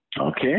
Okay